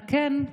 על כן,